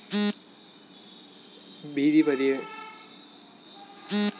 ಬೇದಿ ಬದಿ ವ್ಯಾಪಾರಗಳಿಗೆ ಸರಕಾರದಿಂದ ಬರುವ ಸಾಲ ಸೌಲಭ್ಯಗಳು ಯಾವುವು?